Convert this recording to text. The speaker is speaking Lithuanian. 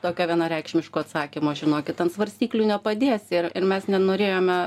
tokio vienareikšmiško atsakymo žinokit ant svarstyklių nepadėsi ir ir mes nenorėjome